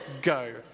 go